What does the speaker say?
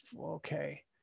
Okay